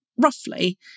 roughly